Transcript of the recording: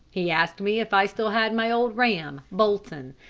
he asked me if i still had my old ram bolton.